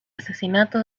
asesinato